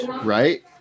right